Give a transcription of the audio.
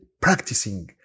practicing